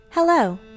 Hello